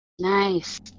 Nice